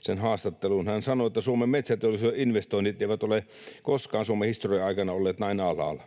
sen haastattelun. Hän sanoi, että Suomen metsäteollisuuden investoinnit eivät ole koskaan Suomen historian aikana olleet näin alhaalla.